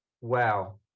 wow